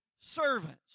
servants